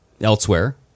elsewhere